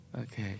Okay